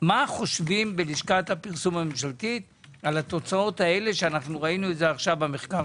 מה חושבים בלשכת הפרסום הממשלתית על התוצאות האלה שראינו במחקר